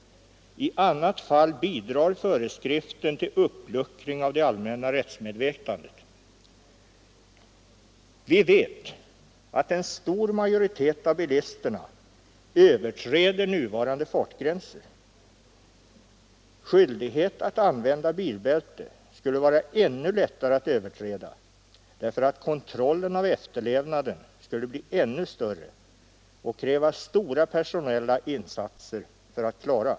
I annat fall bidrar föreskriften till uppluckring av det allmänna rättsmedvetandet. Vi vet att en stor majoritet av bilisterna överträder nuvarande fartgränser. Skyldighet att använda bilbältet skulle vara ännu lättare att överträda, därför att kontrollen av efterlevnaden skulle bli ännu svårare och kräva stora personella insatser.